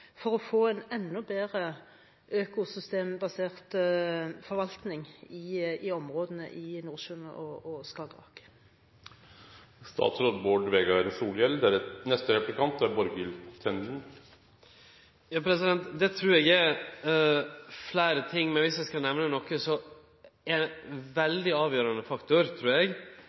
for å få en enda bedre økosystembasert forvaltning i områdene i Nordsjøen og Skagerrak? Det trur eg er fleire ting, men viss eg skal nemne noko, vil ein veldig avgjerande faktor vere, trur eg,